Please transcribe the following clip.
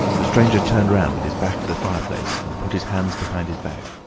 the stranger turned round with his back to the fireplace and put his hands behind his back.